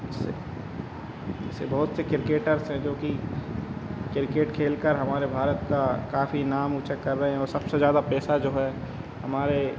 इससे जैसे बहउत से क्रिकेटर्स हैं जोकि क्रिकेट खेलकर हमारे भारत का काफ़ी नाम ऊँचा कर रहे हैं और सबसे ज़्यादा पैसा जो है हमारे